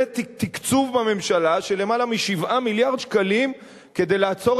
זה תקצוב בממשלה של יותר מ-7 מיליארד שקלים כדי לעצור